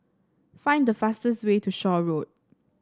find the fastest way to Shaw Road